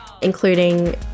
including